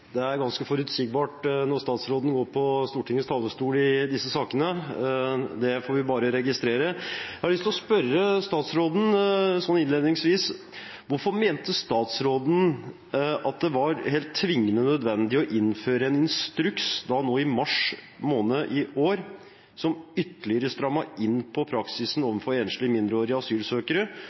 Det er ganske forutsigbart når statsråden går på Stortingets talerstol i disse sakene. Det får vi bare registrere. Jeg har lyst til å spørre statsråden innledningsvis: Hvorfor mente statsråden at det var helt tvingende nødvendig å innføre en instruks i mars måned i år som ytterligere strammet inn på praksisen overfor enslige mindreårige asylsøkere,